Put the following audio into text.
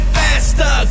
faster